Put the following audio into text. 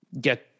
get